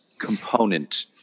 component